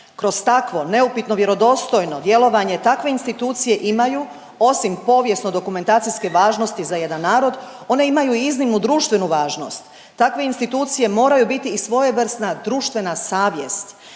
Kroz takvo neupitno vjerodostojno djelovanje takve institucije imaju osim povijesno-dokumentacijske važnosti za jedan narod one imaju i iznimnu društvenu važnost. Takve institucije moraju biti i svojevrsna društvena savjest,